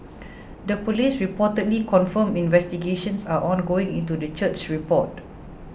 the police reportedly confirmed investigations are ongoing into the church's report